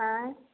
अँए